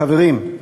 חברים,